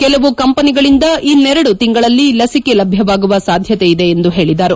ಕೆಲವು ಕಂಪನಿಗಳಿಂದ ಇನ್ನೆರಡು ತಿಂಗಳಲ್ಲಿ ಲಸಿಕೆ ಲಭ್ಯವಾಗುವ ಸಾಧ್ಯತೆಯಿದೆ ಎಂದು ಹೇಳಿದರು